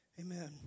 amen